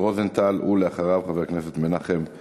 חבר הכנסת מיקי רוזנטל,